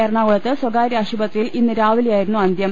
എറണാകുളത്ത് സ്വകാര്യ ആശുപത്രിയിൽ ഇന്ന് രാവിലെയായിരുന്നു അന്ത്യം